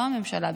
לא הממשלה,